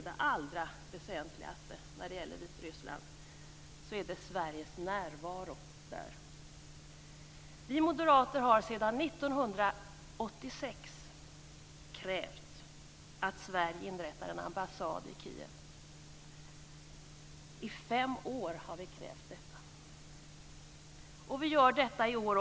Men allra väsentligast när det gäller Vitryssland är kanske Sveriges närvaro där. Vi moderater har sedan 1986 krävt att Sverige inrättar en ambassad i Kiev. I fem år har vi krävt detta och vi gör det också i år.